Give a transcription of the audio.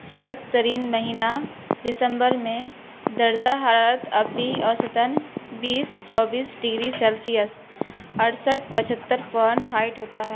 سرد ترین مہینہ دسمبر میں درجہ حرارت اب بھی اوسطاً بیس چوبیس ڈگری سیلسیس اڑسٹھ پچہتر فارنہائٹ ہوتا ہے